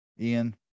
Ian